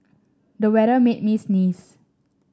the weather made me sneeze